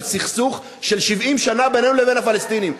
סכסוך של 70 שנה בינינו לבין הפלסטינים.